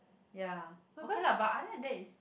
ya okay lah but other than that is